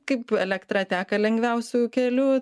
kaip elektra teka lengviausiu keliu